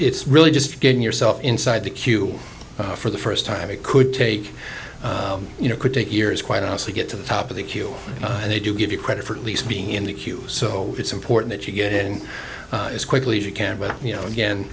really just getting yourself inside the queue for the first time it could take you know could take years quite honestly get to the top of the queue and they do give you credit for at least being in the queue so it's important that you get in as quickly as you can but you know again